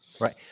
right